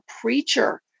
preacher